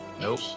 Nope